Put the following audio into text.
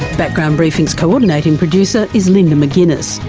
background briefing's coordinating producer is linda mcginness.